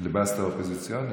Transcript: בפיליבסטר האופוזיציוני?